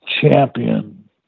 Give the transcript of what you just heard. champion